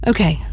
Okay